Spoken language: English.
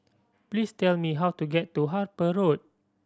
please tell me how to get to Harper Road